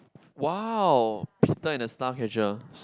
!wow! Peter and the staff casual